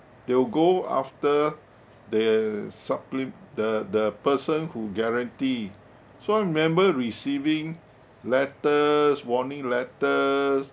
they will go after the supplem~ the the person who guarantee so I remember receiving letters warning letters